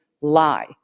lie